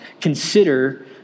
consider